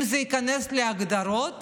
אם זה ייכנס להגדרות